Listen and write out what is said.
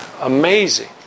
Amazing